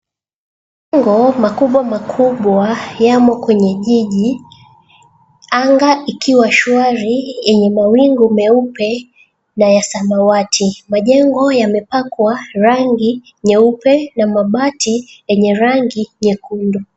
Majengo makubwa makubwa yamo kwenye jiji anga ikiwa shwari yenye mawingu meupe na ya samawati. Majengo yamepakwa rangi nyeupe na mabati yenye rangi nyekundu.